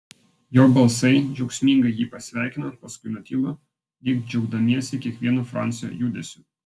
jo balsai džiaugsmingai jį pasveikino paskui nutilo lyg džiaugdamiesi kiekvienu francio judesiu